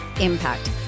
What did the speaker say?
impact